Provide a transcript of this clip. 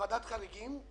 לוועדת החריגים.